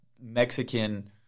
Mexican